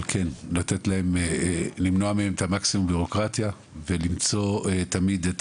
אבל כן למנוע מהם את מקסימום הביורוקרטיה ולמצוא תמיד את